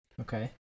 Okay